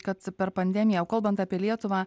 kad per pandemiją o kalbant apie lietuvą